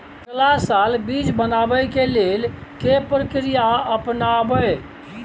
अगला साल बीज बनाबै के लेल के प्रक्रिया अपनाबय?